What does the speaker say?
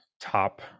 top